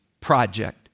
Project